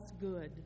good